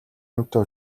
амьтан